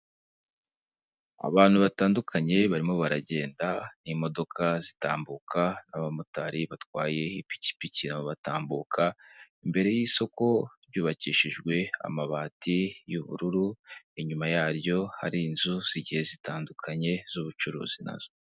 Abantu batandukanye barimo baragenda n'imodoka zitambuka, abamotari batwaye ipikipiki batambuka, imbere y'isoko ryubakishijwe amabati y'ubururu inyuma yaryo hari inzu zigiye zitandukanye z'ubucuruzi nazo.